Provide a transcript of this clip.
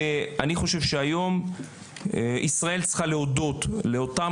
ואני חושב שהיום ישראל צריכה להודות לאותם